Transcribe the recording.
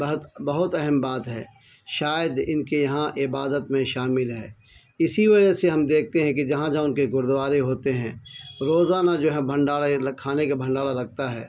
بہت بہت اہم بات ہے شاید ان کے یہاں عبادت میں شامل ہے اسی وجہ سے ہم دیکھتے ہیں کہ جہاں جہاں ان کے گرودوارے ہوتے ہیں روزانہ جو ہے بھنڈارہ کھانے کا بھنڈارا رکھتا ہے